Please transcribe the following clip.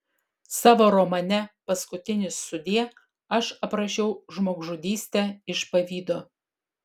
savo romane paskutinis sudie aš aprašiau žmogžudystę iš pavydo